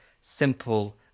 simple